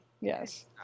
Yes